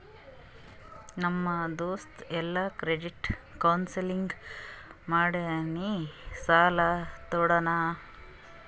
ನಮ್ ದೋಸ್ತ ಎಲ್ಲಾ ಕ್ರೆಡಿಟ್ ಕೌನ್ಸಲಿಂಗ್ ಮಾಡಿನೇ ಸಾಲಾ ತೊಂಡಾನ